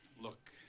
Look